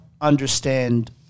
understand